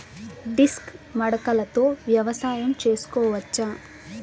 Disc మడకలతో వ్యవసాయం చేసుకోవచ్చా??